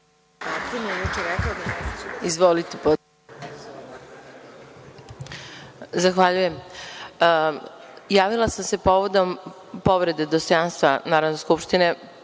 Zahvaljujem. Javila sam se povodom povrede dostojanstva Narodne skupštine,